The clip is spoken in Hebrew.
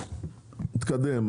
אנחנו נתקדם.